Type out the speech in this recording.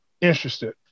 interested